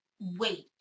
wait